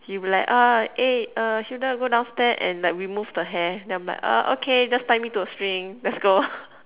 he'll be like ah eh uh Hilda go downstairs and like remove the hair then I'm like uh okay just tie me to a string let's go